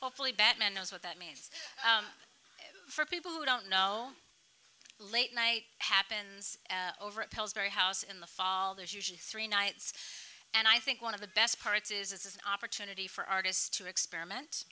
hopefully batman knows what that means for people who don't know late night happens over it tells very house in the fall there's usually three nights and i think one of the best parts is this is an opportunity for artists to experiment